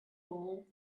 ball